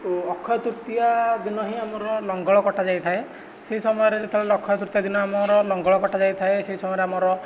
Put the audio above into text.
ଅକ୍ଷୟ ତୃତୀୟା ଦିନ ହିଁ ଆମର ଲଙ୍ଗଳ କଟା ଯାଇଥାଏ ସେ ସମୟରେ ଯେତେ ବେଳେ ଅକ୍ଷୟ ତୃତୀୟା ଦିନ ଆମର ଲଙ୍ଗଳ କଟା ଯାଇଥାଏ ସେ ସମୟରେ ଆମର